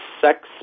sex